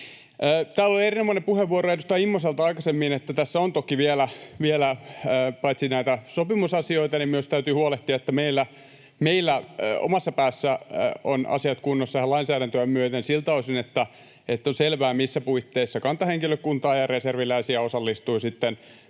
Täällä oli erinomainen puheenvuoro edustaja Immoselta aikaisemmin, että tässä paitsi on toki vielä näitä sopimusasioita myös täytyy huolehtia, että meillä omassa päässä ovat asiat kunnossa ihan lainsäädäntöä myöten siltä osin, että on selvää, missä puitteissa kantahenkilökuntaa ja reserviläisiä osallistuu Naton